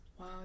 Wow